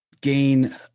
gain